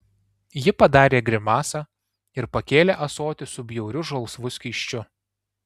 ji padarė grimasą ir pakėlė ąsotį su bjauriu žalsvu skysčiu